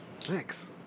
Thanks